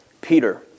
Peter